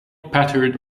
pattered